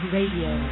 Radio